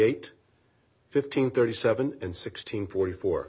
eight fifteen thirty seven and sixteen forty four